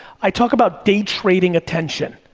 i talk about day trading attention,